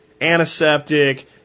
antiseptic